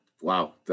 wow